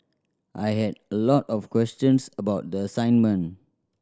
I had a lot of questions about the assignment